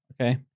okay